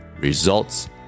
Results